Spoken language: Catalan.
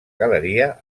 galeria